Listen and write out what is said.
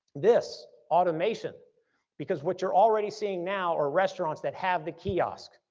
this automation because what you're already seeing now are restaurants that have the kiosk.